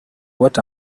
what